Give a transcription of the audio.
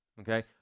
Okay